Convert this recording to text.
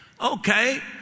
Okay